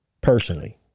Personally